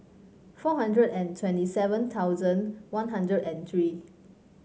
four hundred and twenty seven thousand One Hundred and three